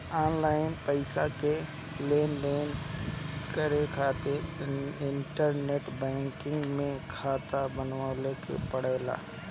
online पईसा के लेनदेन करे खातिर इंटरनेट बैंकिंग में खाता बनावे के पड़ेला